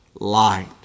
light